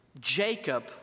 Jacob